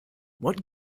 what